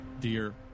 dear